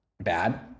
bad